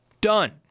Done